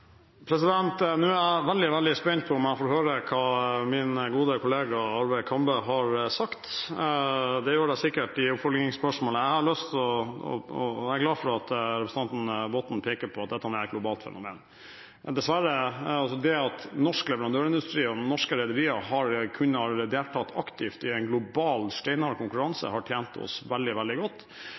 Nå er jeg er veldig, veldig spent på om jeg får høre hva min gode kollega Arve Kambe har sagt. Det gjør jeg sikkert i oppfølgingsspørsmålet. Jeg er glad for at representanten Botten peker på at dette er et globalt fenomen. Det at norsk leverandørindustri og norske rederier har kunnet delta aktivt i en global og steinhard konkurranse, har tjent oss veldig, veldig godt.